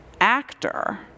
actor